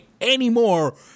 anymore